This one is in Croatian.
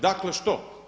Dakle, što?